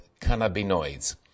cannabinoids